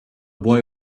boy